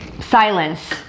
silence